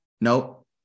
nope